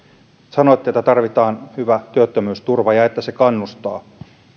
sanoitte että tarvitaan hyvä työttömyysturva ja että se kannustaa